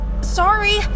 Sorry